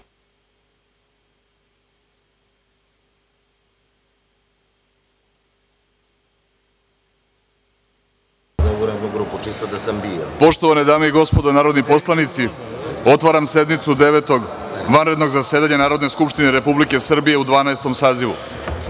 Poštovane dame i gospodo narodni poslanici, otvaram sednicu Devetog vanrednog zasedanja Narodne skupštine Republike Srbije u Dvanaestom